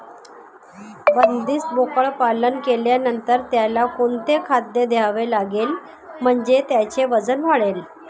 बंदिस्त बोकडपालन केल्यानंतर त्याला कोणते खाद्य द्यावे लागेल म्हणजे त्याचे वजन वाढेल?